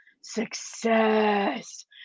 success